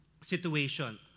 situation